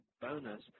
bonus